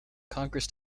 congress